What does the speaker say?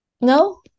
No